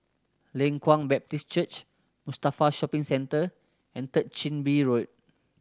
Leng Kwang Baptist Church Mustafa Shopping Centre and Third Chin Bee Road